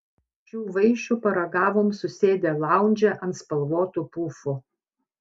šių vaišių paragavom susėdę laundže ant spalvotų pufų